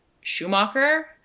Schumacher